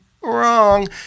wrong